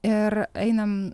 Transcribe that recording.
ir einam